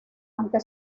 aunque